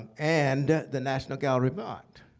and the national gallery of art.